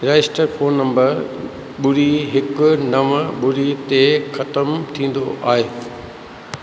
register phone number ॿुड़ी हिकु नव ॿुड़ी ते ख़तम थींदो आहे